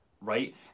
Right